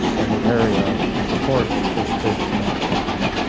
in the area to support a space command function,